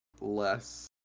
less